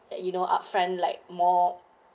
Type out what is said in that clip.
that you know upfront like more